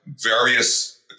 various